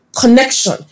Connection